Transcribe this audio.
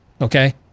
okay